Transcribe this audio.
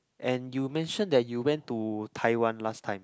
and you mention that you went to Taiwan last time